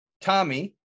tommy